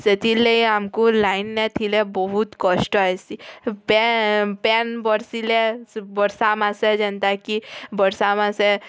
ସେଥିର୍ଲାଗି ଆମ୍କୁ ଲାଇନ୍ ନାଇଁ ଥିଲେ ବହୁତ୍ କଷ୍ଟ ହେସି ପ୍ୟାନ୍ ବର୍ଷିଲେ ବର୍ଷା ମାସେ ଯେନ୍ତା କି ବର୍ଷା ମାସେ